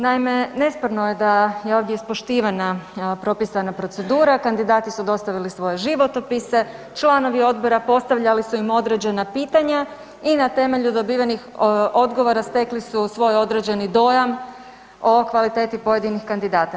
Naime, nesporno je da je ovdje ispoštivana propisana procedura, kandidati su dostavili svoje životopise, članovi odbora postavljali su im određena pitanja i na temelju dobivenih odgovora stekli su svoj određeni dojam o kvaliteti pojedinih kandidata.